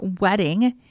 wedding